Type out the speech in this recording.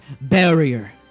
barrier